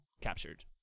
captured